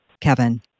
kevin